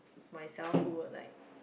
myself who would like